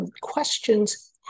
questions